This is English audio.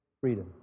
freedom